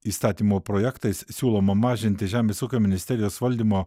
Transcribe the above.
įstatymo projektais siūloma mažinti žemės ūkio ministerijos valdymo